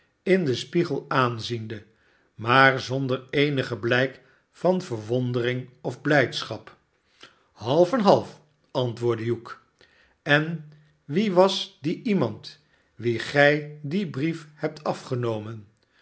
in den spiegel aanziende maar zonder eenig blijk van verwondering of blijdschap half en half antwoordde hugh j en wie was die iemand wien gij dien brief hebt afgenomen